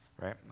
right